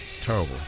terrible